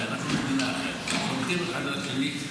אנחנו מדינה אחת, סומכים אחד על השני.